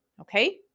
okay